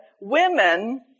women